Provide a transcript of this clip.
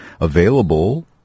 Available